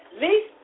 Least